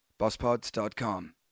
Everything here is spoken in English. BossPods.com